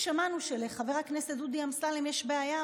שמענו שלחבר הכנסת דודי אמסלם יש בעיה,